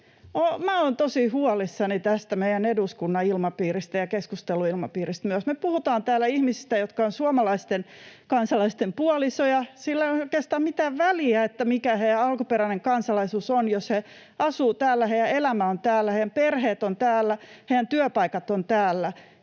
eduskunnan ilmapiiristä ja keskusteluilmapiiristä myös. Me puhutaan täällä ihmisistä, jotka ovat suomalaisten kansalaisten puolisoja. Sillä ei ole oikeastaan mitään väliä, mikä heidän alkuperäinen kansalaisuutensa on, jos he asuvat täällä, heidän elämänsä on täällä, heidän perheensä ovat täällä,